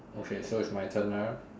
okay so it's my turn ah